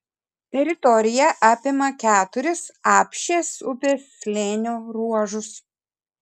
teritorija apima keturis apšės upės slėnio ruožus